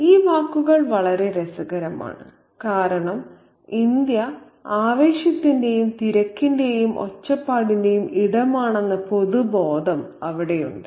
ഈ വാക്കുകൾ വളരെ രസകരമാണ് കാരണം ഇന്ത്യ ആവേശത്തിന്റെയും തിരക്കിന്റെയും ഒച്ചപ്പാടിന്റെയും ഇടമാണെന്ന പൊതുബോധം അവിടെയുണ്ട്